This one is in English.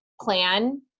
plan